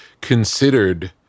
considered